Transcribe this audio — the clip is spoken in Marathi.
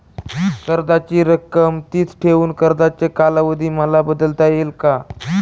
कर्जाची रक्कम आहे तिच ठेवून कर्जाचा कालावधी मला बदलता येईल का?